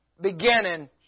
beginning